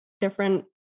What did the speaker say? different